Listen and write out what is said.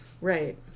Right